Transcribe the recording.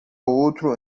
outro